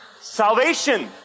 Salvation